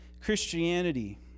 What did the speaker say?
Christianity